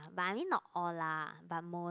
but I mean not all lah but most